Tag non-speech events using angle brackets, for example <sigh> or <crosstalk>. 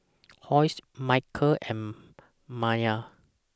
<noise> Hosie Micheal and Maia